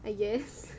I guess